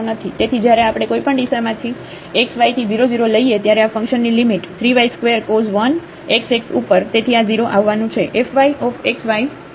તેથી જ્યારે આપણે કોઈપણ દિશામાંથી xy થી 0 0 લઈએ ત્યારે આ ફંકશનની limit 3 y ² cos 1 x x ઉપર